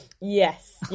yes